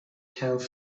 have